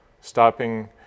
stopping